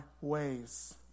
ways